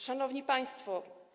Szanowni Państwo!